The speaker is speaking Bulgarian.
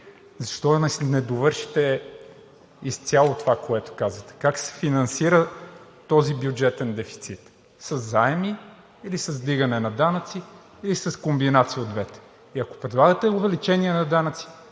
защо не довършите изцяло това, което казвате? Как се финансира този бюджетен дефицит? Със заеми или с вдигане на данъци, или с комбинация от двете? И ако предлагате увеличение на данъци,